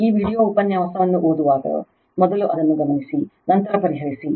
ಈ ವೀಡಿಯೊ ಉಪನ್ಯಾಸವನ್ನು ಓದಿದಾಗ ಮೊದಲು ಅದನ್ನು ಗಮನಿಸಿ ನಂತರ ಪರಿಹರಿಸಿ